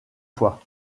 fois